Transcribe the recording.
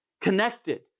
connected